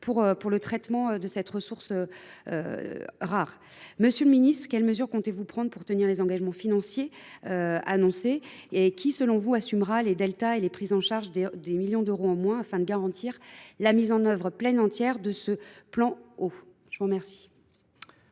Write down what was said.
pour le traitement de cette ressource rare. Monsieur le ministre, quelles mesures comptez vous prendre pour tenir les engagements financiers annoncés ? Selon vous, qui assumera les deltas et compensera les millions d’euros qui manqueront, afin de garantir la mise en œuvre pleine et entière du plan Eau ? La parole